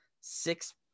six